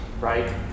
right